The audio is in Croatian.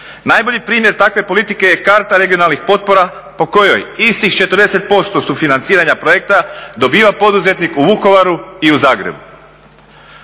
Najbolji primjer takve politike je karta regionalnih potpora po kojoj istih 40% sufinanciranja projekta dobiva poduzetnik u Vukovaru i u Zagrebu.